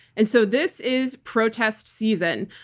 and so this is protest season.